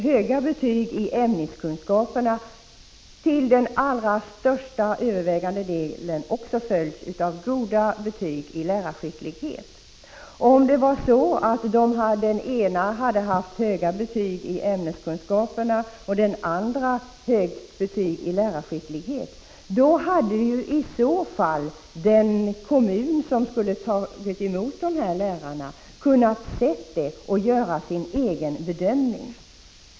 Höga betyg i ämneskunskaperna brukar faktiskt i de allra flesta fall följas av ett bra betyg i lärarskicklighet. Om den ena läraren dock hade haft höga betyg i ämneskunskaperna och den andra högt betyg i lärarskicklighet, hade den kommun som skulle ta emot en av dessa lärare kunnat se detta och göra sin egen bedömning.